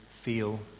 feel